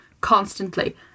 constantly